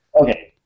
Okay